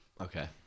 okay